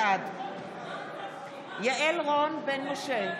בעד יעל רון בן משה,